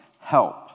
help